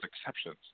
exceptions